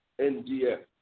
NDF